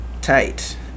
tight